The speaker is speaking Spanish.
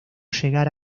llegar